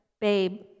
babe